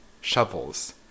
shovels